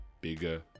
Bigger